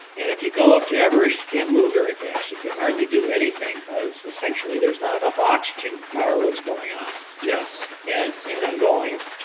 and if you go up to everest, you can't move very fast. you can hardly do anything because essentially there's not enough oxygen to power what's going on and and i'm going,